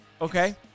Okay